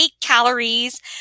calories